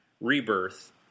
Rebirth